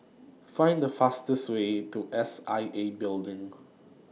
Find The fastest Way to S I A Building